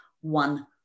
one